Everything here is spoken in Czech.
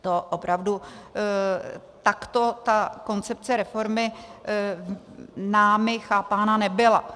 To opravdu takto ta koncepce reformy námi chápána nebyla.